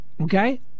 Okay